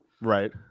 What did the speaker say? Right